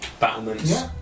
battlements